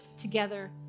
together